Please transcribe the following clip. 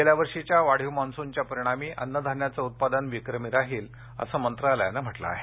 गेल्या वर्षीच्या वाढीव मान्सूनच्या परिणामी अन्नधान्याचं उत्पादन विक्रमी राहील असं मंत्रालयानं म्हटलं आहे